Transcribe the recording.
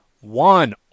One